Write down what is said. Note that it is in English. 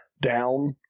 down